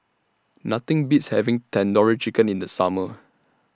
Nothing Beats having Tandoori Chicken in The Summer